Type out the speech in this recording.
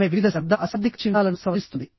ఆమె వివిధ శబ్ద అశాబ్దిక చిహ్నాలను సవరిస్తుంది